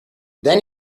then